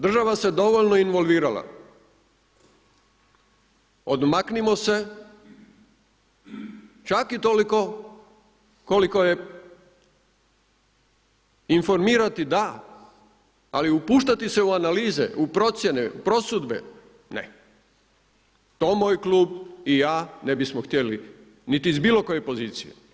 Država se dovoljno involvirala, odmaknimo se čak i toliko koliko je informirati da, ali upuštati se u analize, u procjene, u prosudbe ne, to moj klub i ja ne bismo htjeli niti s bilo koje pozicije.